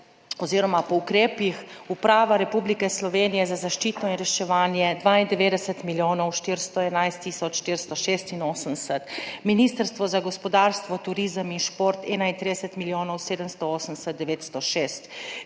oziroma po ukrepih – Uprava Republike Slovenije za zaščito in reševanje 92 milijonov 411 tisoč 486, Ministrstvo za gospodarstvo turizem in šport 31 milijonov 780